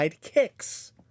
kicks